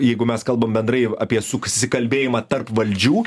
jeigu mes kalbam bendrai apie susikalbėjimą tarp valdžių